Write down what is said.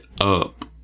up